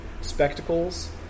spectacles